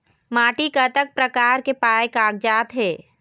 माटी कतक प्रकार के पाये कागजात हे?